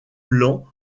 blanc